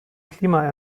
klima